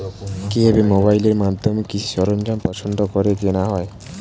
কিভাবে মোবাইলের মাধ্যমে কৃষি সরঞ্জাম পছন্দ করে কেনা হয়?